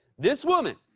this woman